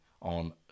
on